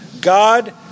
God